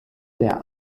der